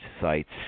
sites